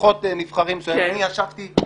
אני מסכים.